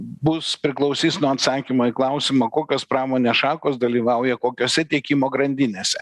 bus priklausys nuo atsakymo į klausimą kokios pramonės šakos dalyvauja kokiose tiekimo grandinėse